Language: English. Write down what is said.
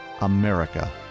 America